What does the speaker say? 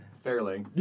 Fairly